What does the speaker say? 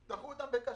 דחו אותם בקש.